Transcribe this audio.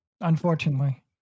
Unfortunately